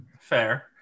Fair